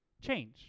change